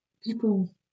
people